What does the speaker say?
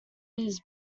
his